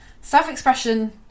Self-expression